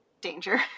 danger